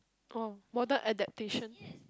!wow! modern adaptation